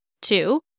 two